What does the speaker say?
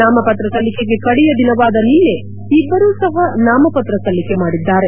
ನಾಮಪತ್ರ ಸಲ್ಲಿಕೆಗೆ ಕಡೆಯ ದಿನವಾದ ನಿನ್ನೆ ಇಬ್ಬರೂ ಸಹ ನಾಮಪತ್ರ ಸಲ್ಲಿಕೆ ಮಾಡಿದ್ದಾರೆ